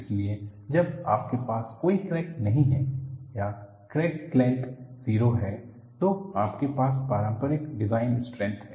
इसलिए जब आपके पास कोई क्रैक नहीं है या क्रैक लेंथ 0 है तो आपके पास पारंपरिक डिजाइन स्ट्रेंथ है